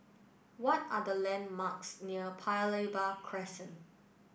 what are the landmarks near Paya Lebar Crescent